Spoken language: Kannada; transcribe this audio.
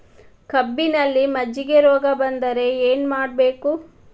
ಕಬ್ಬಿನಲ್ಲಿ ಮಜ್ಜಿಗೆ ರೋಗ ಬಂದರೆ ಏನು ಮಾಡಬೇಕು?